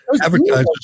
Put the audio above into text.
advertisers